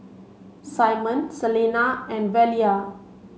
Simon Selena and Velia